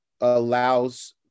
allows